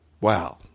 Wow